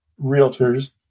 realtors